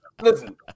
Listen